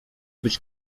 być